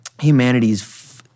humanity's